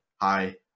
hi